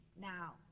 now